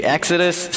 Exodus